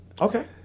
Okay